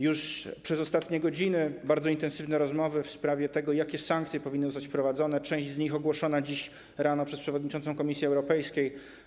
Już przez ostatnie godziny trwają bardzo intensywne rozmowy w sprawie tego, jakie sankcje powinny zostać wprowadzone, część z nich została ogłoszona dziś rano przez przewodniczącą Komisji Europejskiej.